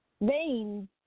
veins